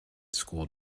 school